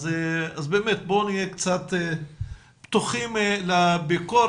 אז באמת בואו נהיה קצת פתוחים לביקורת